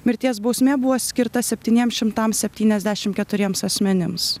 mirties bausmė buvo skirta septyniem šimtam septyniasdešim keturiems asmenims